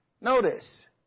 Notice